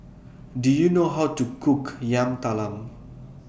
Do YOU know How to Cook Yam Talam